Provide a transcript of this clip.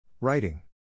Writing